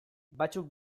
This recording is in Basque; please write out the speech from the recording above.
batzuk